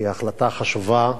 היא החלטה חשובה,